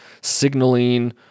signaling